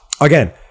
again